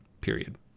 period